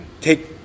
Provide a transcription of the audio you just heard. Take